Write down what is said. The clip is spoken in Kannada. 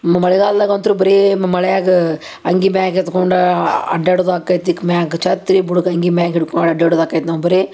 ಮ ಮಳೆಗಾಲ್ದಾಗ ಅಂತು ಬರಿ ಮಳ್ಯಾಗ ಅಂಗಿ ಮ್ಯಾಗ ಎತ್ಕೊಂಡೇ ಅಡ್ಡಾಡೋದು ಆಕೈತಿ ಮ್ಯಾಗ ಛತ್ರಿ ಬುಡಕ್ಕ ಅಂಗಿ ಮ್ಯಾಗ ಹಿಡ್ಕೊಂಡು ಅಡ್ಯಾಡೋದು ಆಕೈತ್ ನಾವು ಬರಿ